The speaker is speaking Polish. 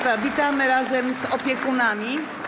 Witamy razem z opiekunami.